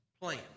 plan